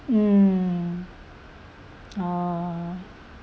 mm oh